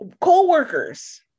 co-workers